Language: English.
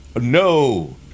No